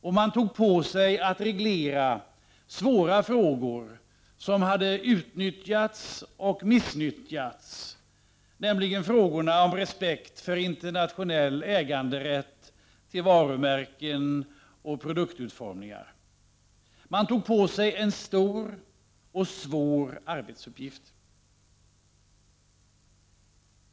Och de tog på sig att reglera svåra frågor som hade utnyttjats och ”missnyttjats”, nämligen frågorna om respekt för internationell äganderätt till varumärken och produktutformningar. De tog på sig en stor och svår arbetsuppgift.